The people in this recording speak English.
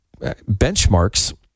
benchmarks